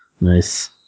Nice